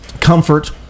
comfort